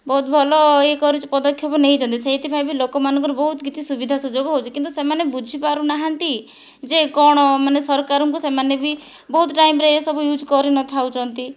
ବହୁତ ଭଲ ଇଏ ପଦକ୍ଷେପ ନେଇଛନ୍ତି ସେଇଥି ପାଇଁ ବି ଲୋକ ମାନଙ୍କର ବହୁତ କିଛି ସୁବିଧା ସୁଯୋଗ ହେଉଛି କିନ୍ତୁ ସେମାନେ ବୁଝି ପାରୁନାହାନ୍ତି ଯେ କଣ ମାନେ ସରକାରଙ୍କୁ ସେମାନେ ବି ବହୁତ ଟାଇମରେ ଏସବୁ ୟୁଜ୍ କରିନଥାଉଛନ୍ତି